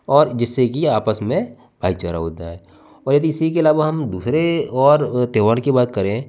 और जिससे की आपस में भाईचारा होता है पर यदि इसी के अलावा हम दूसरे और त्योहार की बात करें